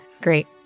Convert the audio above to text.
Great